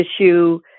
Issue